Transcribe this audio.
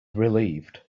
relieved